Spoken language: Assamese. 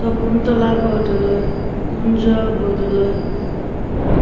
শকুন্তলা বৰদলৈ কুঞ্জ বৰদলৈ